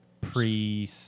pre